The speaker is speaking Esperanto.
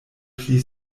pli